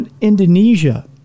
Indonesia